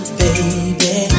baby